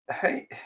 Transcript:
Hey